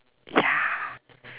ya